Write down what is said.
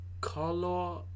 Color